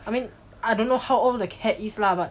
I mean I don't know how old a cat is lah but